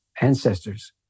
ancestors